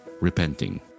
repenting